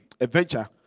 adventure